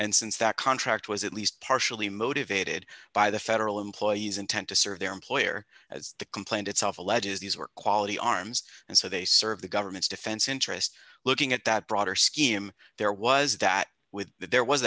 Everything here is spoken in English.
and since that contract was at least partially motivated by the federal employees intent to serve their employer as the complaint itself alleges these were quality arms and so they serve the government's defense interests looking at that broader scheme there was that with that there was